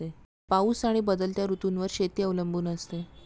पाऊस आणि बदलत्या ऋतूंवर शेती अवलंबून असते